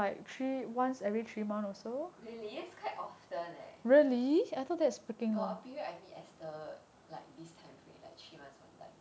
really that's quite often leh really I feel that's got a period I meet esther like this time frame like three months one time